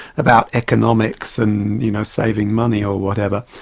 about economics and you know saving money or whatever.